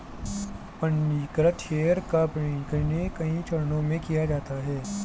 पन्जीकृत शेयर का पन्जीकरण कई चरणों में किया जाता है